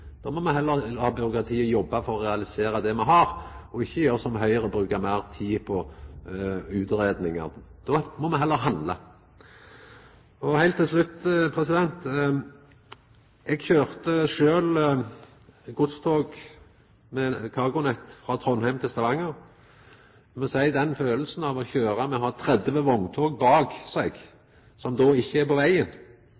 Då må me heller la byråkratiet jobba for å realisera det me allereie har, og ikkje gjera som Høgre, å bruka meir tid på utgreiingar. Då må me heller handla. Heilt til slutt: Eg kjørte sjølv godstog med CargoNet, frå Trondheim til Stavanger. Eg vil seia at følelsen av å kjøra med 30 vogntog bak,